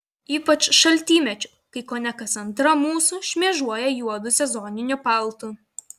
ypač šaltymečiu kai kone kas antra mūsų šmėžuoja juodu sezoniniu paltu